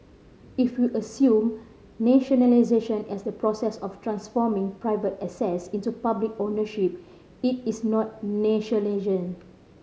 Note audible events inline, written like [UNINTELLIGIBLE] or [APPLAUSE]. if we assume nationalisation as the process of transforming private assets into public ownership it is not [UNINTELLIGIBLE]